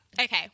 Okay